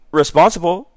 responsible